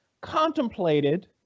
contemplated